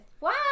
Wow